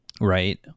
right